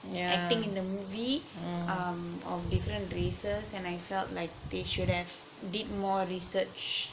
acting in the movie um of different races and I felt that they should have did more research